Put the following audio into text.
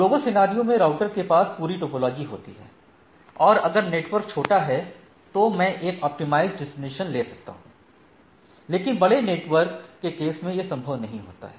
global scenario में router के पास पूरी टोपोलॉजी होती है और अगर नेटवर्क छोटा है तो मैं एक ऑप्टिमाइज डिसीजन ले सकता हूं लेकिन बड़े नेटवर्क के केस में यह संभव नहीं होता है